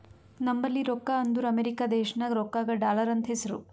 ನಂಬಲ್ಲಿ ರೊಕ್ಕಾ ಅಂದುರ್ ಅಮೆರಿಕಾ ದೇಶನಾಗ್ ರೊಕ್ಕಾಗ ಡಾಲರ್ ಅಂತ್ ಹೆಸ್ರು